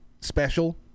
special